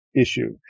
issue